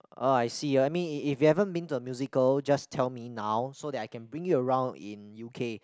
oh I see I mean if if you haven't been to a musical just tell me now so that I can bring you around in U_K